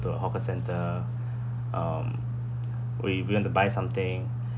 to a hawker centre um we we want buy something